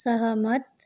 सहमत